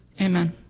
Amen